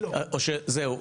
או שזהו?